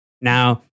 Now